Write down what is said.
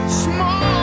small